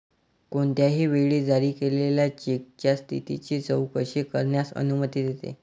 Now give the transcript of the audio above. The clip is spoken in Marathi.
कोणत्याही वेळी जारी केलेल्या चेकच्या स्थितीची चौकशी करण्यास अनुमती देते